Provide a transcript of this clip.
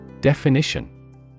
Definition